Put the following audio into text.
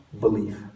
belief